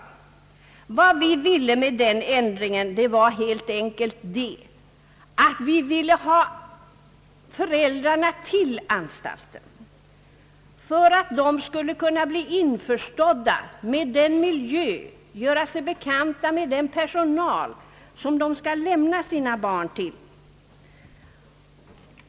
Med den ändringen ville vi helt enkelt att föräldrarna skulle resa till anstalten för att bli bekanta med den miljö och den personal, som de skall lämna sina barn till.